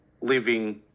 living